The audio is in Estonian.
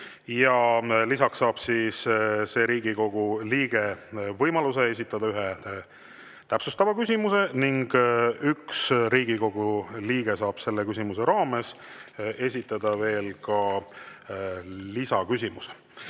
Lisaks saab see Riigikogu liige võimaluse esitada ühe täpsustava küsimuse ning üks Riigikogu liige saab selle küsimuse raames esitada veel lisaküsimuse.